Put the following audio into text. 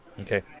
Okay